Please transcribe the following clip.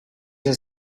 sei